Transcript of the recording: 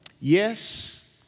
yes